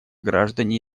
граждане